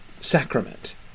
sacrament